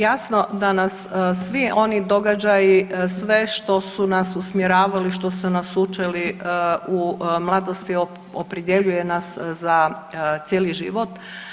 Jasno da nas svi oni događaji sve što su nas usmjeravali, što su nas učili u mladosti opredjeljuje nas za cijeli život.